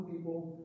people